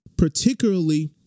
particularly